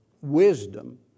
Wisdom